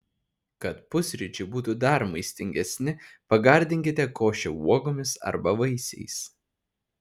kad pusryčiai būtų dar maistingesni pagardinkite košę uogomis arba vaisiais